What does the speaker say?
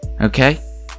Okay